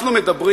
אנחנו מדברים